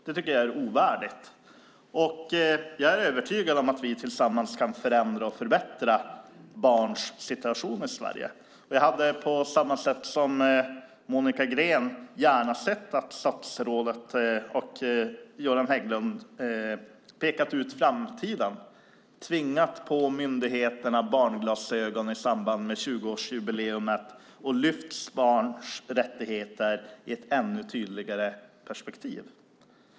Jag tycker att det är ovärdigt, och jag är övertygad om att vi tillsammans kan förändra och förbättra barns situation i Sverige. Jag hade på samma sätt som Monica Green gärna sett att Göran Hägglund hade pekat ut framtiden och tvingat på myndigheterna barnglasögon i samband med 20-årsjubileet och lyft upp barns rättigheter i ett ännu tydligare perspektiv.